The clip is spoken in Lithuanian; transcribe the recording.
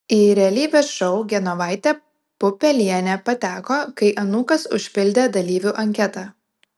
į realybės šou genovaitė pupelienė pateko kai anūkas užpildė dalyvių anketą